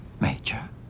Major